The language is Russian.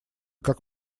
как